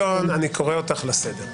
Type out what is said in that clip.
חברת הכנסת ביטון, אני קורא אותך לסדר.